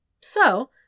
So